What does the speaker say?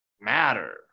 matter